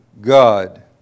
God